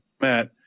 Matt